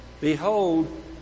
Behold